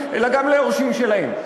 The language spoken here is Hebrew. אלא גם ליורשים שלהם.